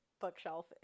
bookshelf